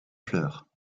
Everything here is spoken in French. fleurs